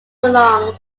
along